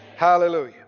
Hallelujah